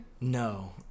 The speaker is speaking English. No